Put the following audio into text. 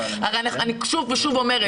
אני שוב ושוב אומרת,